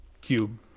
cube